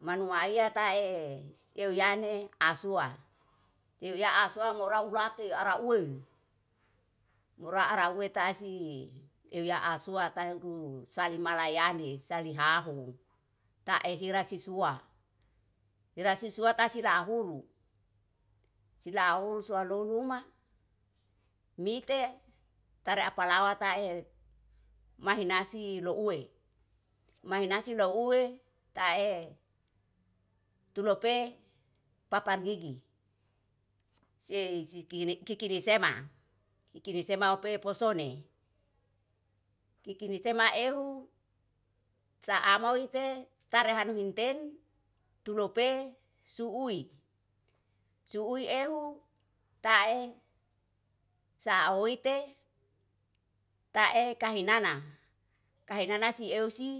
Manuaia tae seuyane ahsua, seu yaa ahsua moraullah ate araue, mora araue tasi euw ya ahsua tau uru salemalayane salihahu taehira sisua rira sesua tasira huru silau sualoluma mite tare apalawa tae mahinasi louwe mahinasi louwe tae tulope papan gigi sei sikikine sema kikinisema ope posone. Kikinisema ehu saamouite tarehanum minten tulo pe suui, suui ehu tae saoite tae kashinana. Kahinana i euw si